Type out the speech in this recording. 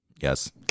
Yes